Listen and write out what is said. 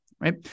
right